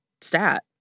Stat